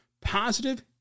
positive